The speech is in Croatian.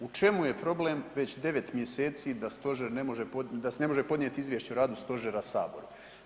U čemu je problem već 9 mjeseci da stožer ne može, da se ne može podnijeti izvješće o radu stožera saboru?